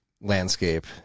landscape